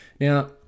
Now